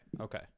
okay